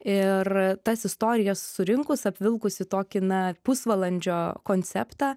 ir tas istorijas surinkus apvilkus į tokį na pusvalandžio konceptą